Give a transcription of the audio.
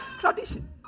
Tradition